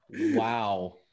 Wow